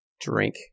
Drink